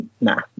nah